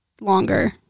longer